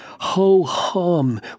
ho-hum